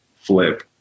flip